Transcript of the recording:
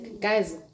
guys